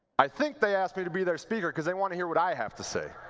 i think they asked me to be their speaker, because they want to hear what i have to say.